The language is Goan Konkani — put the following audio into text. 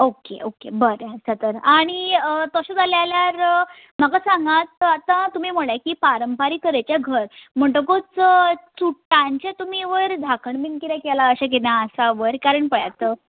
ओके ओके बरें आसा तर आनी तशें जालें आल्यार म्हाका सांगात आतां तुमी म्हळें की पारंपारीक तरेचें घर म्हणटकूच चुट्टांचें तुमी वयर झाकण बी किरें केलां अशें किदें आसा वर कारण पळयात